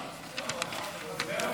עליזה,